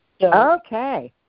Okay